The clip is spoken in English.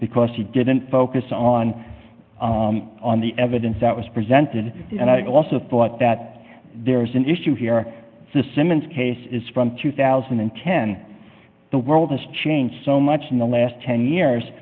because he didn't focus on on the evidence that was presented and i also thought that there is an issue here the simmons case is from two thousand and ten the world has changed so much in the last ten years